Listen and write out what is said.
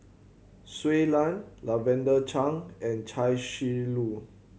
Shui Lan Lavender Chang and Chia Shi Lu